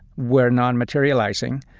were non-materializing.